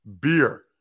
Beer